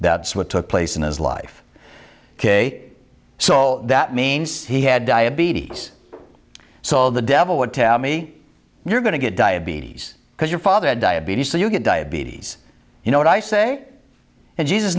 that's what took place in his life ok so that means he had diabetes so the devil would tell me you're going to get diabetes because your father had diabetes so you get diabetes you know what i say and jesus